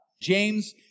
James